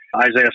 Isaiah